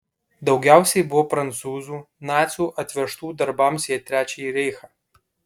daugiausiai buvo prancūzų nacių atvežtų darbams į trečiąjį reichą